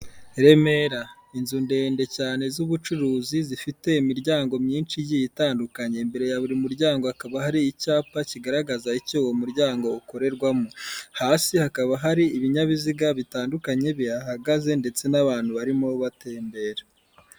Remera. Inzu ndende cyane z'ubucuruzi, zifite imiryango myinshi igiye itandukanye, imbere ya buri muryango hakaba hari icyapa kigaragaza icyo uwo muryango ukorerwamo, hasi hakaba hari ibinyabiziga bitandukanye bihahagaze ndetse n'abantu barimo batembera.